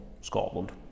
scotland